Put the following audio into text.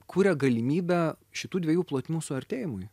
kuria galimybę šitų dviejų plotmių suartėjimui